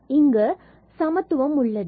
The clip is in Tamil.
ஏனெனில் இங்கு சமத்துவம் உள்ளது